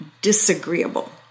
disagreeable